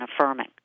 affirming